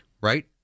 right